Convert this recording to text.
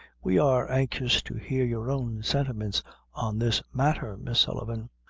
we are anxious to hear your own sentiments on this matter, miss sullivan.